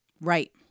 Right